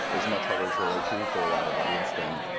is much harder to relate to for a wider audience than,